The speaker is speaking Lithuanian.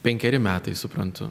penkeri metai suprantu